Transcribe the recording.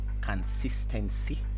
Consistency